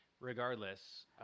Regardless